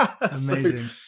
Amazing